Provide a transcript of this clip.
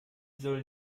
sollen